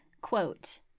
quote